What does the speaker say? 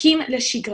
זקוקים לשגרה.